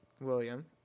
William